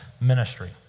ministry